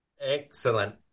Excellent